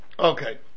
Okay